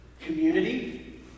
community